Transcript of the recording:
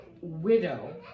widow